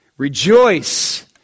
Rejoice